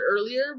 earlier